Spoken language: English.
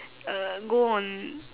uh go on